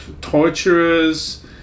torturers